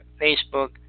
Facebook